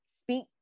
speak